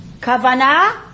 Kavana